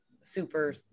super